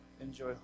enjoy